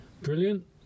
Brilliant